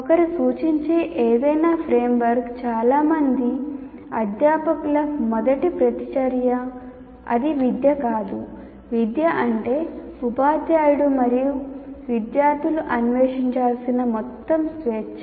ఒకరు సూచించే ఏదైనా ఫ్రేమ్వర్క్ చాలా మంది అధ్యాపకుల మొదటి ప్రతిచర్య అది విద్య కాదు విద్య అంటే ఉపాధ్యాయుడు మరియు విద్యార్థులు అన్వేషించాల్సిన మొత్తం స్వేచ్ఛ